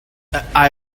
i—i